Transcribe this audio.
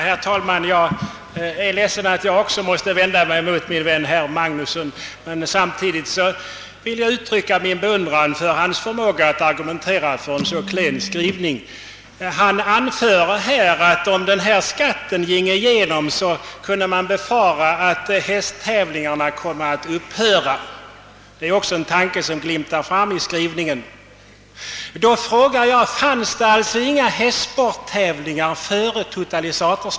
Herr talman! Jag är ledsen att också jag måste vända mig mot min vän herr Magnusson i Borås, men samtidigt vill jag uttrycka min beundran för hans förmåga att argumentera för en så klen skrivning som utskottet har presterat. Herr Magnusson i Borås säger att om förslaget rörande denna beskattning ginge igenom, kunde man befara att hästtävlingarna här i landet komme att upphöra. Den tanken glimtar fram också i utskottsskrivningen.